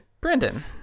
Brendan